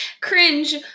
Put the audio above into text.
cringe